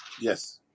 Yes